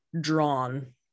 drawn